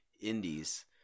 indies